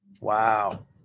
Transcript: Wow